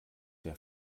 der